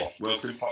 welcome